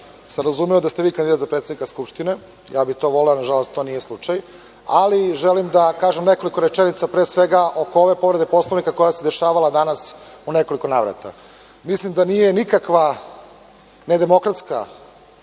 razumeo da ste vi kandidat za predsednika Skupštine, voleo bih to, ali nažalost ovo nije slučaj. Želim da kažem nekoliko rečenica pre svega oko povrede Poslovnika koja se dešavala danas u nekoliko navrata. Mislim da se nije nikakva nedemokratska